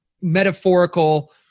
metaphorical